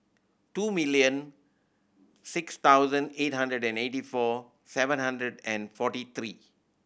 two million six thousand eight hundred and eighty four seven hundred and forty three